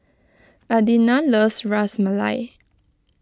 Adina loves Ras Malai